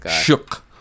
Shook